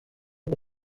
que